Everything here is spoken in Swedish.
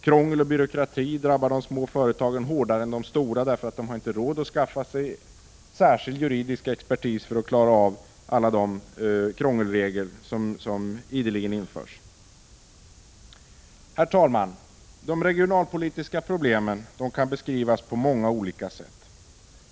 Krångel och byråkrati drabbar de små företagen hårdare än de stora, eftersom de små företagen inte har råd att skaffa sig särskild juridisk expertis för att klara av alla krångelregler som ideligen införs. Herr talman! De regionalpolitiska problemen kan beskrivas på många olika sätt.